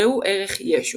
ראו ערך ישו.